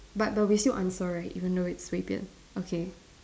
but there will be still answer right even though it's 随便